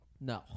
No